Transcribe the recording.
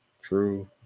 True